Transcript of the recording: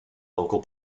local